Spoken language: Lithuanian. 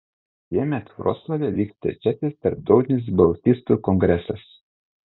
šiemet vroclave vyks trečiasis tarptautinis baltistų kongresas